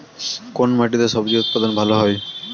কোন মাটিতে স্বজি উৎপাদন ভালো হয়?